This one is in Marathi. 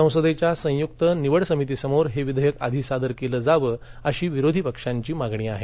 संसदेच्या संयुक्त निवड समितीसमोर हे विधेयक आधी सादर केलं जावं अशी विरोधी पक्षांची मागणी आहे